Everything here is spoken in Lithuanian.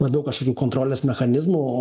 labiau kažkokių kontrolės mechanizmų